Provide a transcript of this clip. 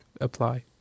apply